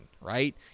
right